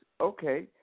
okay